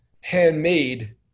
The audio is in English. handmade